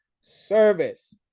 service